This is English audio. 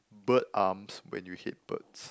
bird arms when you hate birds